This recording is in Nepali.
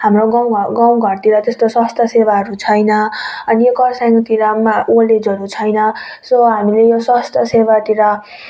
हाम्रो गाउँ गाउँघरतिर त्यस्तो स्वास्थ्य सेवाहरू छैन अनि यो कर्सियङतिरमा ओल्ड एजहरू छैन सो हामीले यो स्वास्थ्य सेवातिर